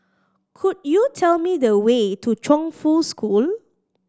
could you tell me the way to Chongfu School